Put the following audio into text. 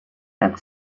and